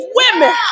women